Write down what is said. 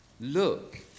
Look